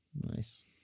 Nice